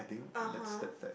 (uh huh)